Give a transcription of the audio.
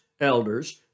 elders